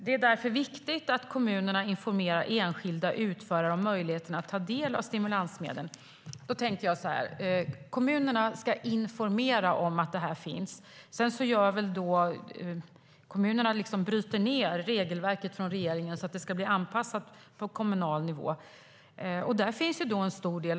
Det är därför viktigt att kommunerna informerar enskilda utförare om möjligheten att ta del av stimulansmedlen." Jag tänkte att kommunerna ska informera om att detta finns, men sedan bryter väl kommunerna ned regelverket från regeringen så att det blir anpassat till kommunal nivå. Där finns en stor del.